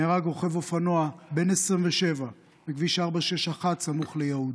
נהרג רוכב אופנוע בן 27 בכביש 461 סמוך ליהוד,